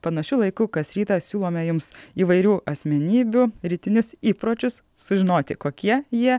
panašiu laiku kas rytą siūlome jums įvairių asmenybių rytinius įpročius sužinoti kokie jie